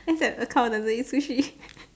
just than the cow doesn't eat sushi